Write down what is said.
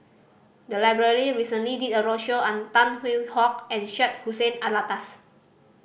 the library recently did a roadshow on Tan Hwee Hock and Syed Hussein Alatas